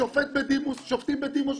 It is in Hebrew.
שופטים בדימוס.